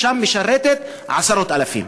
שמשרתת עשרות אלפים?